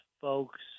folks